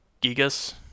Gigas